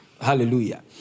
Hallelujah